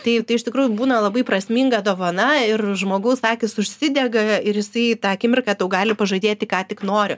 tai iš tikrųjų būna labai prasminga dovana ir žmogaus akys užsidega ir jisai tą akimirką tau gali pažadėti ką tik nori